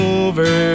over